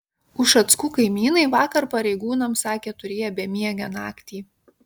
ušackų kaimynai vakar pareigūnams sakė turėję bemiegę naktį